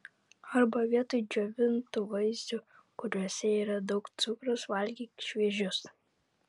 arba vietoj džiovintų vaisių kuriuose yra daug cukraus valgyk šviežius